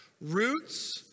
Roots